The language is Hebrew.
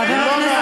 חבר הכנסת